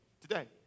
today